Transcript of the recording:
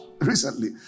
recently